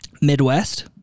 Midwest